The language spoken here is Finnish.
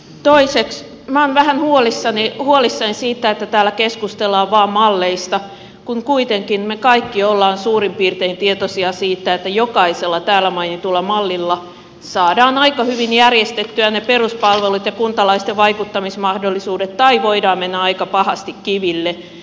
toiseksi minä olen vähän huolissani siitä että täällä keskustellaan vain malleista kun kuitenkin me kaikki olemme suurin piirtein tietoisia siitä että jokaisella täällä mainitulla mallilla saadaan aika hyvin järjestettyä ne peruspalvelut ja kuntalaisten vaikuttamismahdollisuudet tai voidaan mennä aika pahasti kiville